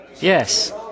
Yes